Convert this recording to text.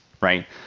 Right